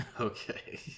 Okay